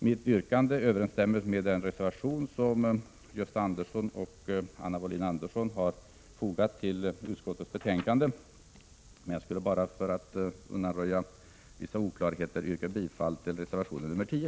Mitt yrkande överensstämmer med den reservation som Gösta Andersson och Anna Wohlin-Andersson har fogat till utskottets betänkande. Men för att undanröja vissa oklarheter vill jag yrka bifall till reservation 10.